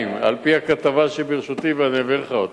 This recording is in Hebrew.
על-פי הכתבה שברשותי, ואני אביא לך אותה,